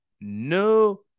No